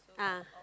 ah